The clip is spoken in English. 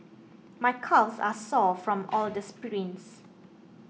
my calves are sore from all the sprints